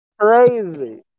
Crazy